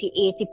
80